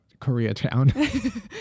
Koreatown